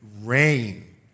rain